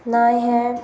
नाए हैं